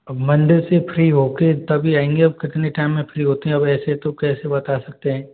अब मंदिर से फ्री हो के तभी आएंगे अब कितने टाइम में फ्री होते हैं अब ऐसे तो कैसे बता सकते हैं